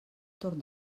torn